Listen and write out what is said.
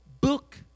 book